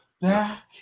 Back